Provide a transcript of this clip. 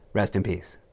rest in peace.